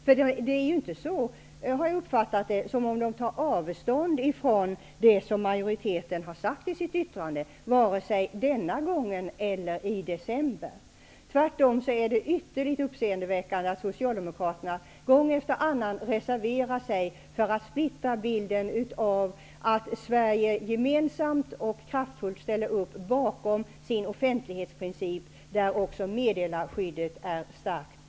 Jag har inte uppfattat att de tar avstånd från det som majoriteten har sagt i sitt yttrande denna gång eller i december. Det är tvärtom ytterligt uppseendeväckande att Socialdemokraterna gång efter annan reserverar sig för att splittra bilden av att Sverige gemensamt och kraftfullt ställer upp bakom sin offentlighetsprincip där också meddelarskyddet är starkt.